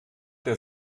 der